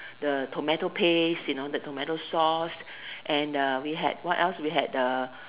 the tomato paste you know the tomato sauce and the we had what else we had the